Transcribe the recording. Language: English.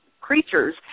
creatures